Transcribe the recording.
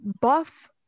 buff